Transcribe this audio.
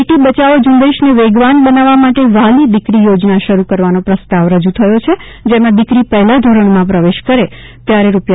બેટી બચાવો ઝ઼ંબેશને વેગવાન બનાવવા માટે વહાલી દિકરી યોજના શરૂ કરવાનો પ્રસ્તાવ રજૂ થયો છે જેમાં દિકરી પહેલા ધોરણમાં પ્રવેશ કરે ત્યારે રૂા